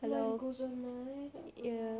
life goes on right tak apa